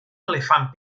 elefant